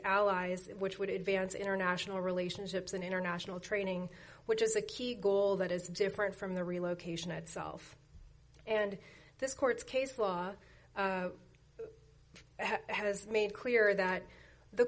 allies which would advance international relationships and international training which is a key goal that is different from the relocation itself and this court case law it has made clear that the